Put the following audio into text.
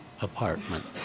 apartment